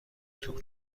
توپ